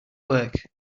work